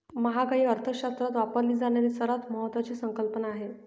महागाई अर्थशास्त्रात वापरली जाणारी सर्वात महत्वाची संकल्पना आहे